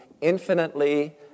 infinitely